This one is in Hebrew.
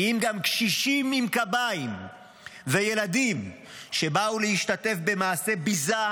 כי אם גם קשישים עם קביים וילדים שבאו להשתתף במעשי ביזה,